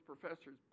professors